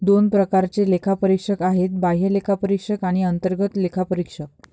दोन प्रकारचे लेखापरीक्षक आहेत, बाह्य लेखापरीक्षक आणि अंतर्गत लेखापरीक्षक